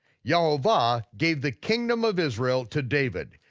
yehovah gave the kingdom of israel to david,